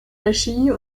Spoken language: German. regie